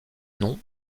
nom